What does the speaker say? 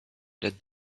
that